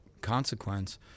consequence